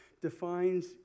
defines